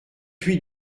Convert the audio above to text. huit